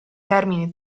termini